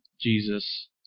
jesus